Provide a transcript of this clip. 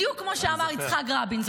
בדיוק כמו שאמר יצחק רבין,